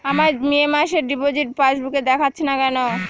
আমার মে মাসের ডিপোজিট পাসবুকে দেখাচ্ছে না কেন?